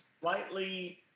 slightly